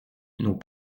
nos